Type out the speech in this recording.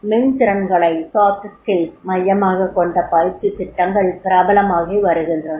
மென்திறன்களை மையமாகக் கொண்ட பயிற்சித் திட்டங்கள் பிரபலமாகி வருகின்றன